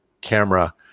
camera